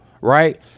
right